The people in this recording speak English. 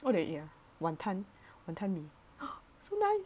what did I eat ah wanton wanton mee so nice